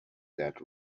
that